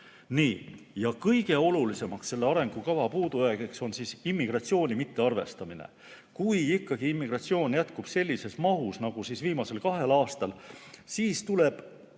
Nii. Kõige olulisemaks selle arengukava puudujäägiks on immigratsiooni mittearvestamine. Kui ikkagi immigratsioon jätkub sellises mahus nagu viimasel kahel aastal, siis tuleb